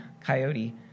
Coyote